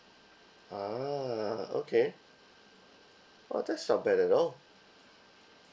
ah okay oh that's not bad at all